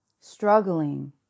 Struggling